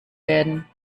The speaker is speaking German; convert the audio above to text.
werden